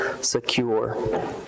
secure